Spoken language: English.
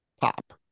pop